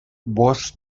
was